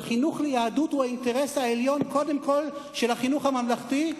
וחינוך ליהדות הוא האינטרס העליון קודם כול של החינוך הממלכתי,